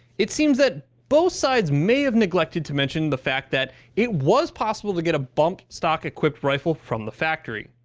it seems that both sides may have neglected to mention the fact that it was possible to get a bump stock equipped rifle from the factory.